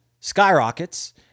skyrockets